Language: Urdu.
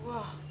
واہ